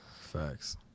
Facts